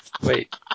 Wait